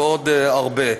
ועוד הרבה.